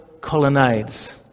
colonnades